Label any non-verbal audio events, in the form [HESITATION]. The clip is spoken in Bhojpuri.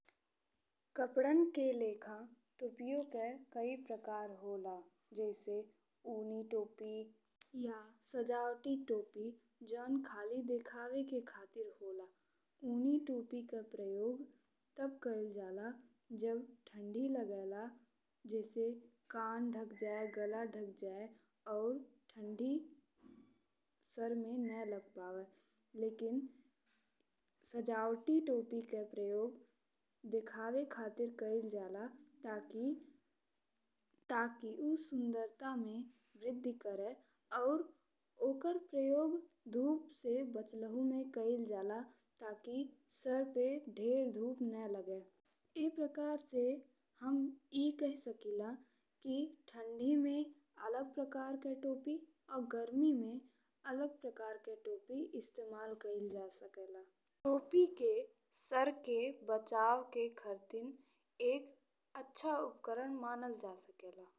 कपड़न के लेखा टॉपिक्स के कई प्रकार होला जइसे उनी टोपी या सजावटी टोपी जौन खाली देखावे के खातिर होला। उनी टोपी के प्रयोग तब कइल जाला जब ठंडी लागेला जइसे कान ढक जाए गला ढक जाए और ठंडी [HESITATION] सर में ने लग पावे लेकिन सजावटी टोपी के प्रयोग देखावे खातिर कइल जाला ताकि [HESITATION] उ सुंदरता में वृद्धि करे। और ओकर प्रयोग धूप से बचलहुं में कइल जाला ताकि सर पे ढेर धूप ने लागे। एह प्रकार से हम ए कही सकिला कि ठंडी में अलग प्रकार के टोपी और गरमी में अलग प्रकार के टोपी इस्तेमाल कइल जा सकेला। टोपी के सर के बचाव के खातिन एक अच्छा उपकरण मानल जा सकेला।